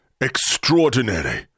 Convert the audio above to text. extraordinary